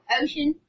ocean